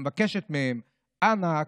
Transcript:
שמבקשת מהם: אנא,